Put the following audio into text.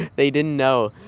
they didn't know.